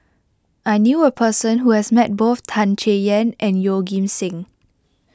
I knew a person who has met both Tan Chay Yan and Yeoh Ghim Seng